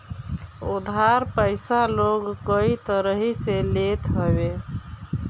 उधार पईसा लोग कई तरही से लेत हवे